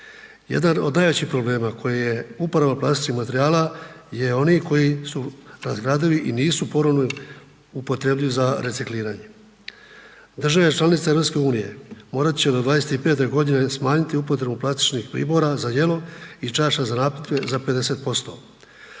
Jedan od najvećih problema koji je uporaba plastičnih materijala je oni koji su razgradivi i nisu ponovno upotrebljivi za recikliranje. Državne članice EU, morat će do 25. g. smanjiti upotrebu plastičnih pribora za jelo i časa za napitke za 50%.